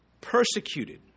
Persecuted